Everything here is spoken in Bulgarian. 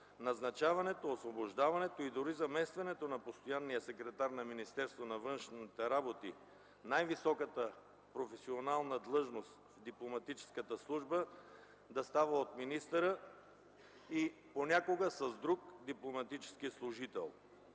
назначаването, освобождаването и дори заместването на постоянния секретар на Министерството на външните работи – най-високата професионална длъжност в Дипломатическата служба, да става от министъра и понякога с друг дипломатически служител.